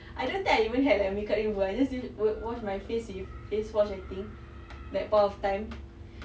I don't think I even had a makeup remover I just chan~ wa~ washed my face with face wash I think that point of time